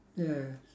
yes